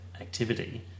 activity